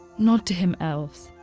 nod to him, elves,